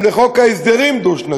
אלא גם לחוק הסדרים דו-שנתי.